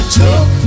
took